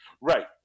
Right